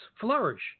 flourish